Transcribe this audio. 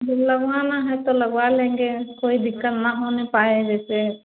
लगवाना है तो लगवा लेंगे कोई दिक्कत ना होने पाए जैसे